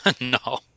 No